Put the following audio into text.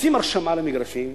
עושים הרשמה למגרשים.